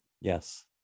Yes